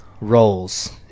roles